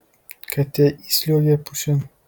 katė įsliuogė pušin